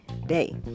day